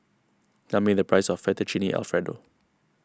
tell me the price of Fettuccine Alfredo